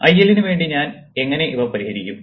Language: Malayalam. IL ന് വേണ്ടി ഞാൻ എങ്ങനെ ഇവ പരിഹരിക്കും